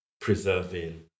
preserving